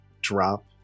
drop